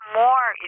more